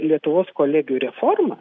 lietuvos kolegijų reforma